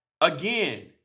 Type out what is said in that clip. again